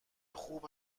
خوب